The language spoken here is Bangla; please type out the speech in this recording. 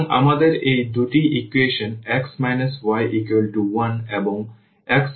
সুতরাং আমাদের এই দুটি ইকুয়েশন x y1 এবং x y 2 রয়েছে